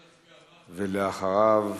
ואחריו,